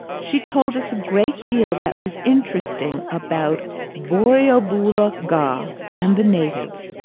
she told us a great deal that was interesting about borrioboola-gha and the natives,